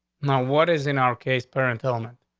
know what is in our case? parent ailment.